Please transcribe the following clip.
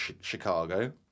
Chicago